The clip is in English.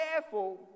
careful